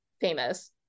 famous